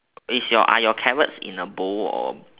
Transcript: is your are your carrots in a bowl or